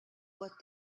what